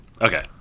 Okay